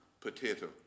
potato